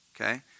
Okay